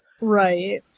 Right